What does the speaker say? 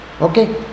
Okay